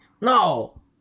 no